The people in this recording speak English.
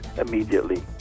immediately